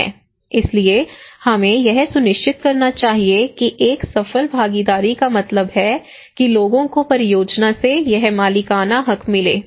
इसलिए हमें यह सुनिश्चित करना चाहिए कि एक सफल भागीदारी का मतलब है कि लोगों को परियोजना से ये मालिकाना हक मिले